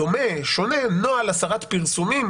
דומה, שונה נוהל הסרת פרסומים